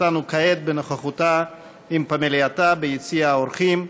אותנו כעת בנוכחותה עם פמלייתה ביציע האורחים,